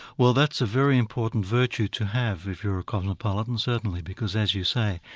well that's a very important virtue to have if you're a cosmopolitan, certainly, because as you say,